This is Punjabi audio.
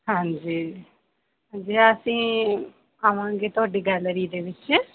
ਹਾਂਜੀ ਜੀ ਅਸੀਂ ਆਵਾਂਗੇ ਤੁਹਾਡੀ ਗੈਲਰੀ ਦੇ ਵਿੱਚ